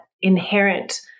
inherent